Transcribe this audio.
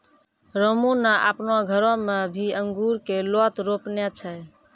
रामू नॅ आपनो घरो मॅ भी अंगूर के लोत रोपने छै